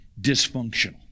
dysfunctional